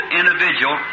individual